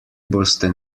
boste